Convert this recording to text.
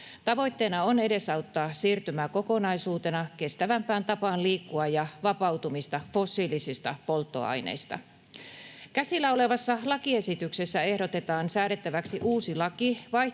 Tavoitteena on edesauttaa siirtymää kokonaisuutena kestävämpään tapaan liikkua ja vapautumista fossiilisista polttoaineista. Käsillä olevassa lakiesityksessä ehdotetaan säädettäväksi uusi laki